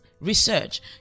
research